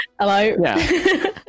Hello